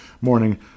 morning